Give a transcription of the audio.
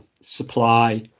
Supply